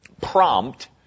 prompt